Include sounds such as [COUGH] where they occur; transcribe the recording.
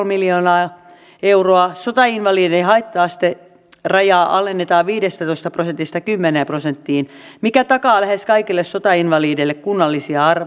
[UNINTELLIGIBLE] miljoonaa euroa sotainvalidien haitta asteraja alennetaan viidestätoista prosentista kymmeneen prosenttiin mikä takaa lähes kaikille sotainvalideille kunnallisia